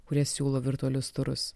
kurie siūlo virtualius turus